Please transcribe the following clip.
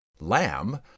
Lamb